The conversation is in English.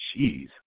jeez